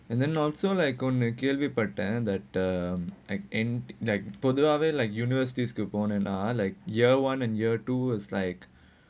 and then also like clearly part time the the I um attend போடுவாங்க:poduvaanga like universities coupon and are like year one and year two is like